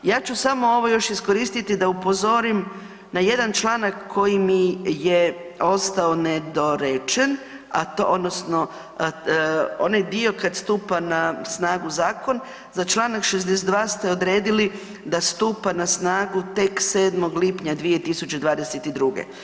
Ja ću samo ovo još iskoristiti da upozorim na jedan članak koji je mi je ostao nedorečen odnosno onaj dio kad stupa na snagu zakon, za čl. 62.ste odredili da stupa na snagu tek 7.lipnja 2022.